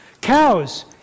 Cows